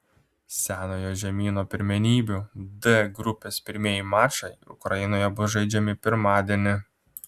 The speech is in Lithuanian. senojo žemyno pirmenybių d grupės pirmieji mačai ukrainoje bus žaidžiami pirmadienį